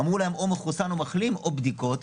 אמרו להן: או מחוסן או מחלים או בדיקות.